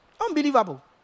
Unbelievable